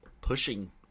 pushing